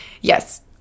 yes